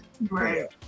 Right